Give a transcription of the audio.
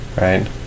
right